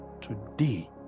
today